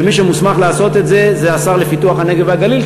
שמי שמוסמך לעשות את זה הוא השר לפיתוח הנגב והגליל,